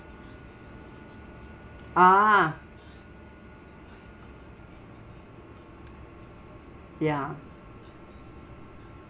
ah ya